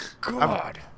god